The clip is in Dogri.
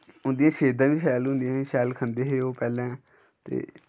उं'दियां सेह्तां बी शैल होंदियां हि'यां शैल खंदे हे ओह् पैह्ले ते